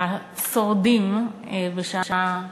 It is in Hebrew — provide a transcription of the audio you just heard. השורדים בשעה 18:40,